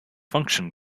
function